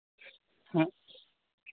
ᱦᱮᱸ